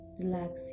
relax